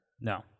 No